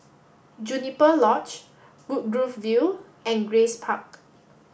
Juniper Lodge Woodgrove View and Grace Park